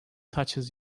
touches